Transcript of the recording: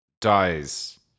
dies